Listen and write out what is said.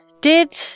did-